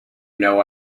know